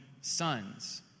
sons